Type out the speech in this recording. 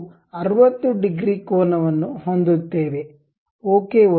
ನಾವು 60 ಡಿಗ್ರಿ ಕೋನವನ್ನು ಹೊಂದುತ್ತೇವೆ ಓಕೆ ಒತ್ತಿ